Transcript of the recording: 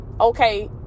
okay